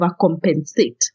overcompensate